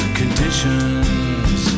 conditions